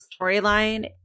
storyline